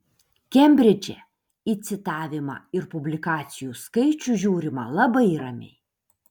kembridže į citavimą ir publikacijų skaičių žiūrima labai ramiai